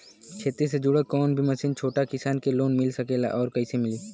खेती से जुड़ल कौन भी मशीन छोटा किसान के लोन मिल सकेला और कइसे मिली?